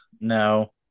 No